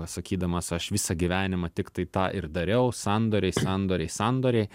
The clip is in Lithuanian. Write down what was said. sakydamas aš visą gyvenimą tiktai tą ir dariau sandoriai sandoriai sandoriai